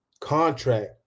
contract